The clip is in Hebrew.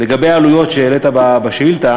1 2. לגבי העלויות שהעלית בשאילתה: